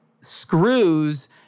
screws